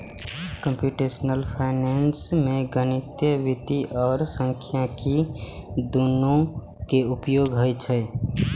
computational finance मे गणितीय वित्त आ सांख्यिकी, दुनू के उपयोग होइ छै